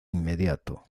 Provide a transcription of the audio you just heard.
inmediato